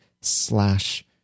slash